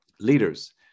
leaders